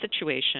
situation